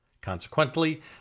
Consequently